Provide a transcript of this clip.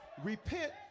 repent